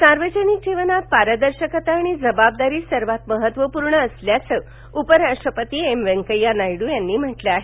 नायड सार्वजनिक जीवनात पारदर्शकता आणि जबाबदारी सर्वात महत्त्वपूर्ण असल्याचं उपराष्ट्रपती एम व्यंकय्या नायडू यांनी म्हटलं आहे